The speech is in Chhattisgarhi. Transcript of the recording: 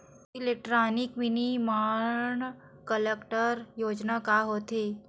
इलेक्ट्रॉनिक विनीर्माण क्लस्टर योजना का होथे?